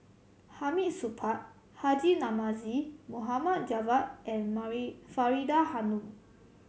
Hamid Supaat Haji Namazie Mohd Javad and Faridah Hanum